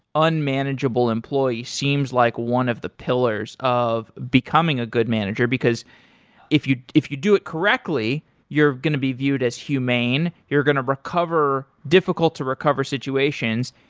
unmanageable employee seems like one of the pillars of becoming a good manager, because if you if you do it correctly you're going to be viewed as humane, you're going to recover difficult to recover situations,